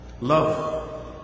Love